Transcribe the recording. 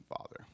Father